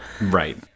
Right